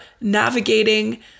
navigating